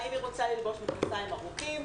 האם היא רוצה ללבוש מכנסיים ארוכים,